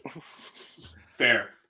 Fair